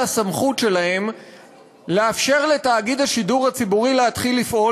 הסמכות שלהם לאפשר לתאגיד השידור הציבורי להתחיל לפעול,